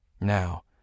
Now